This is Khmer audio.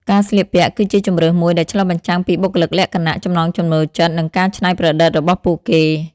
ការស្លៀកពាក់គឺជាជម្រើសមួយដែលឆ្លុះបញ្ចាំងពីបុគ្គលិកលក្ខណៈ ចំណង់ចំណូលចិត្ត និងការច្នៃប្រឌិតរបស់ពួកគេ។